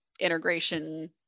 integration